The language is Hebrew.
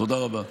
תודה רבה.